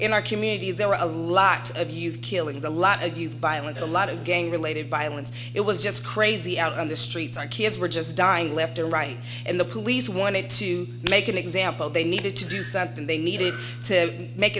in our communities there were a lot of youth killing the lot of youth violence a lot of gang related violence it was just crazy out on the streets and kids were just dying left or right and the police wanted to make an example they needed to do something they needed to make